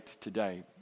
today